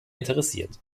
interessiert